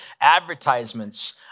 Advertisements